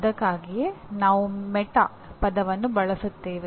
ಅದಕ್ಕಾಗಿಯೇ ನಾವು ಮೆಟಾ ಪದವನ್ನು ಬಳಸುತ್ತೇವೆ